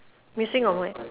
missing on where